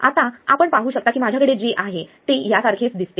आता आपण पाहू शकता की माझ्याकडे जे आहे ते या सारखेच दिसते